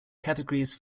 categories